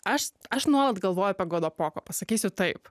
aš aš nuolat galvoju apie godopoko pasakysiu taip